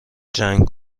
جنگ